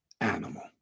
animal